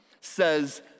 says